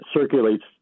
circulates